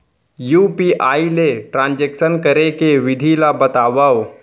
UPI ले transaction करे के विधि ला बतावव?